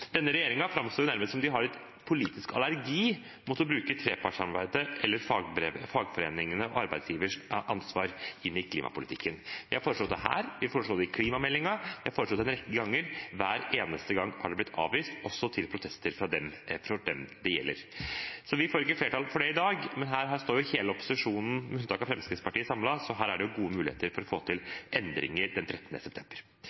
Denne regjeringen framstår nærmest som om de har politisk allergi mot å bruke trepartssamarbeidet eller fagforeningene og arbeidsgivers ansvar inn i klimapolitikken. Vi har foreslått det her, vi foreslo det i forbindelse med klimameldingen, vi har foreslått det en rekke ganger, og hver eneste gang er det blitt avvist, også til protester fra dem det gjelder. Vi får ikke flertall for det i dag, men her står hele opposisjonen, med unntak av Fremskrittspartiet, samlet, så det er gode muligheter til å få til endringer den 13. september.